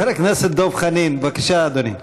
חבר הכנסת דב חנין, בבקשה, אדוני.